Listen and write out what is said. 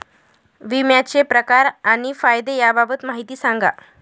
विम्याचे प्रकार आणि फायदे याबाबत माहिती सांगा